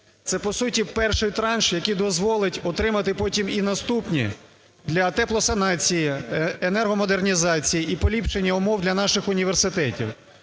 це по суті перший транш, який дозволить отримати потім і наступні для теплосанації, енергомодернізації і поліпшення умов для наших університетів.